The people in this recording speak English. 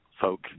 folk